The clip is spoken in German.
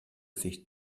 sich